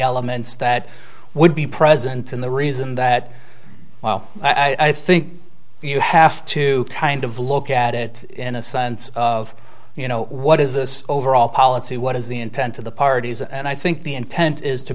elements that would be present in the reason that i think you have to kind of look at it in a sense of you know what is this overall policy what is the intent of the parties and i think the intent is to